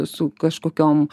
su kažkokiom